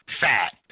fat